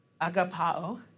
agapao